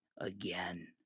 again